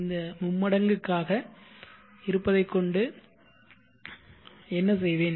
இந்த மும்மடங்காக இருப்பதைக் கொண்டு என்ன செய்வேன்